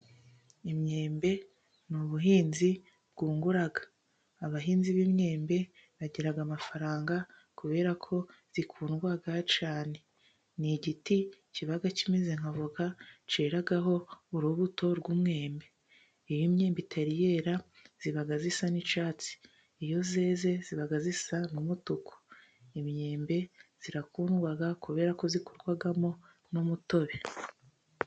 Imyembe ni ubuhinzi bwungura. Abahinzi b'imyembe bagira amafaranga kubera ko zikundwa cyane. Ni igiti kiba kimeze nk'avoka cyeraho urubuto rw'umwembe. Iyo imyenda itari yera, iba isa n'icyatsi. Iyo yeze iba isa n'umutuku. Imyembe irakundwa kubera ko ikorwamo n'umutobe.